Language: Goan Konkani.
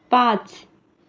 पांच